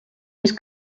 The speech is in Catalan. més